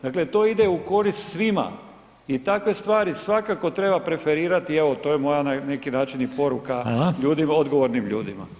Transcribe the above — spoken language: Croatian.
Dakle to ide u korist svima i takve stvari svakako treba preferira, evo, to je moja na neki način i poruka ljudima, odgovornim ljudima.